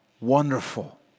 wonderful